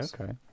okay